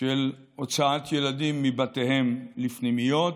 של הוצאת ילדים מבתיהם לפנימיות,